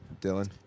Dylan